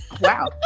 Wow